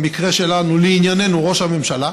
במקרה שלנו, לענייננו, ראש הממשלה,